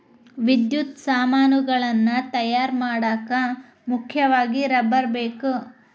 ವಿದ್ಯುತ್ ಸಾಮಾನುಗಳನ್ನ ತಯಾರ ಮಾಡಾಕ ಮುಖ್ಯವಾಗಿ ರಬ್ಬರ ಬೇಕ